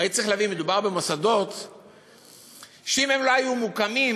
צריך להבין שמדובר במוסדות שאם הם לא היו מוקמים,